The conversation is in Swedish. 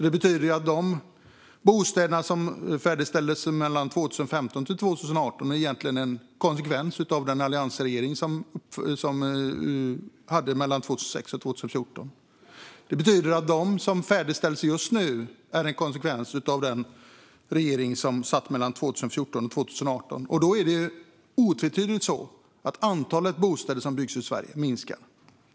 Det betyder att de bostäder som färdigställdes 2015-2018 egentligen är en konsekvens av det arbete som alliansregeringen gjorde 2006-2014. Det betyder också att de bostäder som färdigställs just nu är en konsekvens av det arbete som gjordes av den regering som satt 2014-2018. Och det är otvetydigt att antalet bostäder som byggs i Sverige minskar.